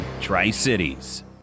Tri-Cities